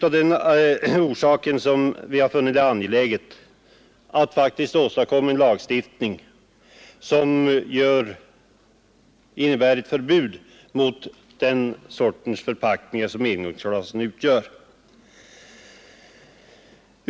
Av den orsaken har vi motionärer funnit det angeläget att åstadkomma en lagstiftning som innebär förbud mot engångsglas.